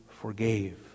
forgave